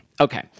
Okay